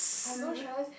I've no choice